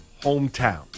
hometown